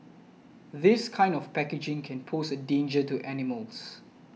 this kind of packaging can pose a danger to animals